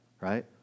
right